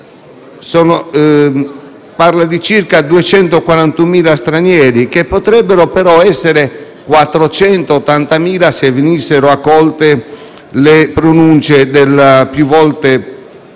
parla di circa 241.000 stranieri, che potrebbero però essere 480.000 se venissero accolte le pronunce più volte ribadite